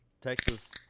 Texas